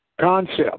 concept